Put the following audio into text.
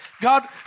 God